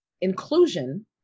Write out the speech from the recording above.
Inclusion